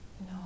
No